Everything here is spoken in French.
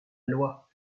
loi